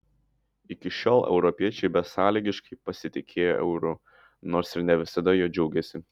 iki šiol europiečiai besąlygiškai pasitikėjo euru nors ir ne visada juo džiaugėsi